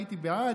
הייתי בעד,